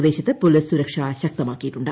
പ്രദേശത്ത് പോലീസ് സുരക്ഷ ശക്തമാക്കിയിട്ടുണ്ട്